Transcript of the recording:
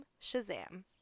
Shazam